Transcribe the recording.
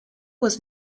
was